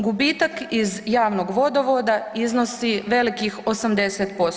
Gubitak iz javnog vodovoda iznosi velikih 80%